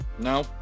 No